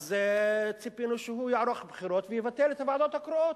אז ציפינו שהוא יערוך בחירות ויבטל את הוועדות הקרואות,